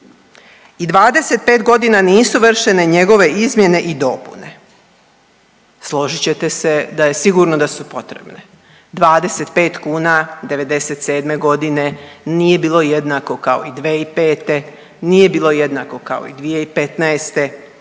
I 25 godina nisu vršene njegove izmjene i dopune. Složit ćete se da je sigurno da su potrebne. 25 kuna '97. g. nije bilo jednako kao i 2005., nije bilo jednako kao i 2015.,